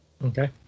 Okay